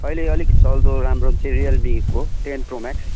अहिले अलिक चल्दो राम्रो चाहिँ रियलमीको टेन प्रो म्याक्स